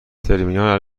ترمینال